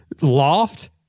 loft